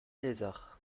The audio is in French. lézard